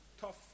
tough